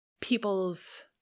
people's